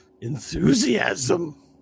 enthusiasm